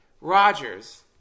Rogers